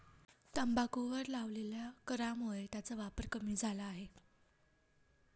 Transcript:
तंबाखूवर लावलेल्या करामुळे त्याचा वापर कमी झाला आहे